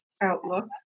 outlook